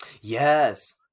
yes